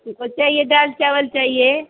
हमको चाहिए दाल चावल चाहिए